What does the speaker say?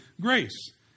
grace